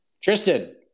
Tristan